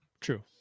true